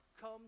come